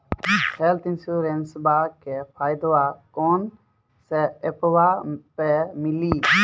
Health इंश्योरेंसबा के फायदावा कौन से ऐपवा पे मिली?